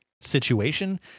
situation